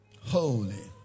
holy